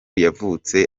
yavutse